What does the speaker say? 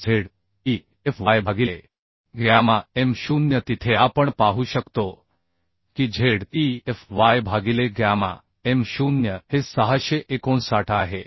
5 z e F y भागिलेगॅमा m0 तिथे आपण पाहू शकतो की z e F y भागिले गॅमा m0 हे 659 आहे